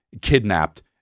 kidnapped